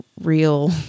real